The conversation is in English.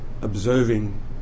observing